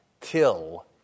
till